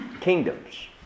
kingdoms